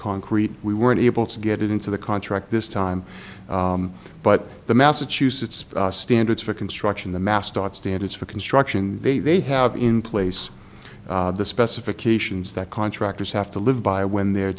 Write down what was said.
concrete we weren't able to get into the contract this time but the massachusetts standards for construction the mastoid standards for construction they they have in place the specifications that contractors have to live by when they're